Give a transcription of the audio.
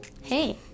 Hey